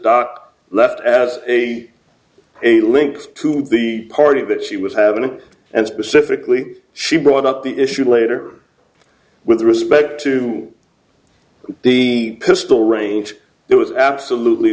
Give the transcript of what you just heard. dot left as a a link to the party that she was having an and specifically she brought up the issue later with respect to the pistol range it was absolutely